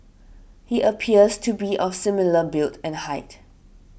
he appears to be of similar build and height